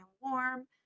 warm